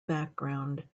background